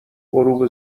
غروب